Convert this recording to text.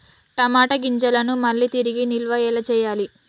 టమాట గింజలను మళ్ళీ తిరిగి నిల్వ ఎలా చేయాలి?